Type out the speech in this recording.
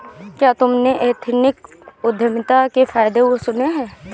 क्या तुमने एथनिक उद्यमिता के फायदे सुने हैं?